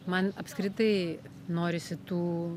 man apskritai norisi tų